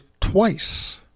twice